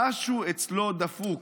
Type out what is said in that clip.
/ משהו אצלו דפוק,